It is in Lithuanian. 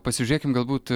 pasižiūrėkim galbūt